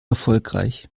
erfolgreich